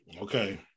Okay